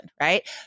right